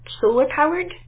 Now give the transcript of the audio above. solar-powered